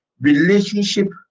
relationship